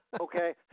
Okay